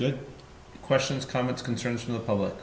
good questions comments concerns from the public